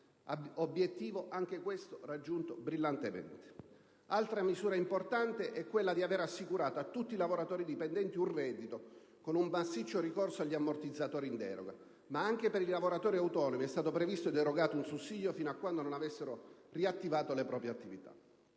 obiettivo anche questo raggiunto brillantemente. Altra misura importante è quella di aver assicurato a tutti i lavoratori dipendenti un reddito, con un massiccio ricorso agli ammortizzatori in deroga; ma anche per i lavoratori autonomi è stato previsto ed erogato un sussidio fino a quando non avessero riattivato le proprie attività.